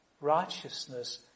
righteousness